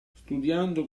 studiando